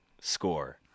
score